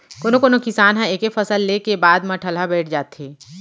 कोनो कोनो किसान ह एके फसल ले के बाद म ठलहा बइठ जाथे